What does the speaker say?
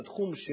זה התחום שלו.